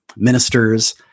ministers